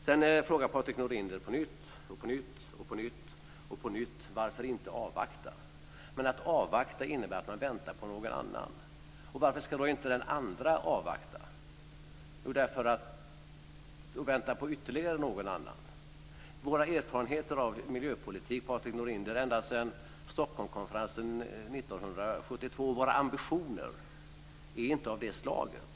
Sedan frågar Patrik Norinder på nytt och på nytt varför vi inte avvaktar. Men att avvakta innebär att man väntar på någon annan. Och varför ska då inte den andra avvakta och vänta på ytterligare någon annan? Våra erfarenheter av miljöpolitik, Patrik Norinder, ända sedan Stockholmskonferensen 1972 och våra ambitioner är inte av det slaget.